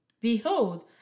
behold